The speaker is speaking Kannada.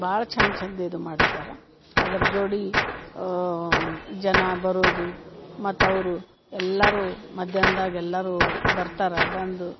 ಭಾಳ ಚಂದ ಚಂದ ಇದು ಮಾಡಿರ್ತಾರೆ ಅದರ ಜೋಡಿ ಜನ ಬರೋದು ಮತ್ತು ಅವರು ಎಲ್ಲರೂ ಮಧ್ಯಾಹ್ನನ್ದಾಗ ಎಲ್ಲರೂ ಬರ್ತಾರೆ ಬಂದು